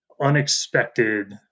unexpected